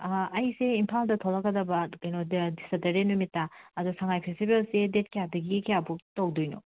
ꯑꯩꯁꯦ ꯏꯝꯐꯥꯜꯗ ꯊꯣꯛꯂꯛꯀꯗꯕ ꯑꯠ ꯀꯩꯅꯣ ꯗꯦꯠ ꯁꯇꯔꯗꯦ ꯅꯨꯃꯤꯠꯇ ꯑꯗꯣ ꯁꯉꯥꯏ ꯐꯦꯁꯇꯤꯕꯦꯜꯁꯦ ꯗꯦꯠ ꯀꯌꯥꯗꯒꯤ ꯀꯌꯥꯐꯧ ꯇꯧꯗꯣꯏꯅꯣ